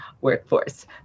workforce